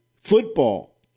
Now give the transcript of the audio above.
football